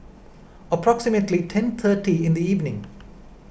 approximately ten thirty in the evening